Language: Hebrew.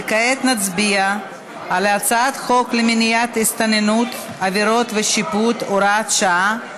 וכעת נצביע על הצעת חוק למניעת הסתננות (עבירות ושיפוט) (הוראת שעה),